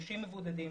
50 מבודדים